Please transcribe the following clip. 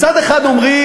מצד אחד אומרים: